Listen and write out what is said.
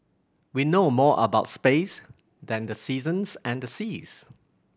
we know more about space than the seasons and the seas